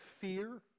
fear